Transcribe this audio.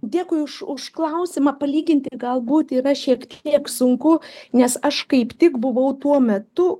dėkui už už klausimą palyginti galbūt yra šiek tiek sunku nes aš kaip tik buvau tuo metu